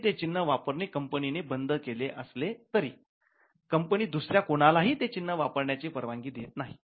जरी ते चिन्ह वापरणे कंपनीने बंद केलेले असले तरी कंपनी दुसऱ्या कुणालाही ते चिन्ह वापरण्याची परवानगी देत नाही